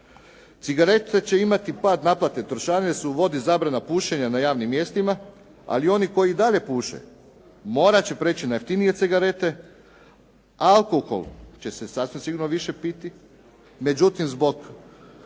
Cigarete će imati pad naplate trošarine, jer se uvodi zabrana pušenja na javnim mjestima, ali oni koji i dalje puše, morat će prijeći na jeftinije cigarete, alkohol će se sigurno više piti. Međutim, zbog